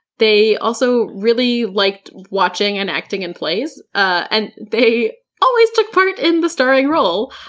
they also really liked watching and acting in plays, and they always took part in the starring role,